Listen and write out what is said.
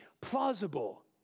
plausible